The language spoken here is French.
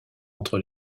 entre